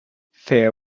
fair